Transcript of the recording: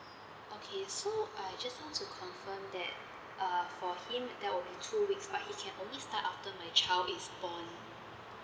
okay so I just want to confirm that uh for him that will be two weeks but he can only start after my child is born